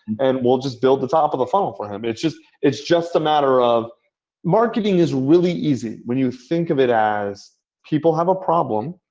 and we'll just build the top of the funnel for him. it's just it's just a matter of marketing is really easy when you think of it as people have a problem,